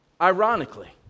ironically